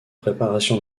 préparation